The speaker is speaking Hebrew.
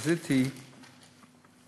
והתחזית היא